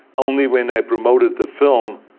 only when i promoted the film,